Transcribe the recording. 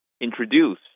introduce